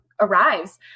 arrives